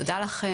תודה לכם.